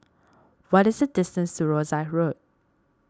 what is the distance to Rosyth Road